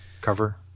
Cover